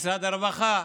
משרד הרווחה,